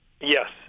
Yes